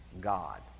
God